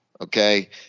okay